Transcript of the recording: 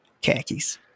Khakis